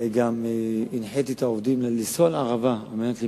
גם הנחיתי את העובדים לנסוע לערבה על מנת למנוע,